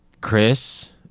Chris